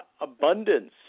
abundance